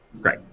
Great